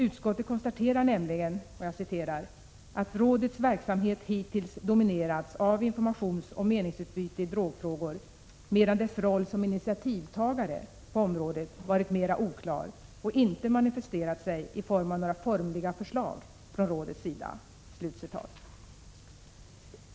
Utskottet konstaterar nämligen att ”rådets verksamhet hittills dominerats av informationsoch meningsutbyte i drogfrågor, medan dess roll som initiativtagare på området var mera oklar och inte manifesterat sig i form av några formliga förslag från rådets sida”.